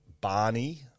Barney